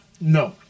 no